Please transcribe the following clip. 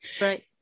right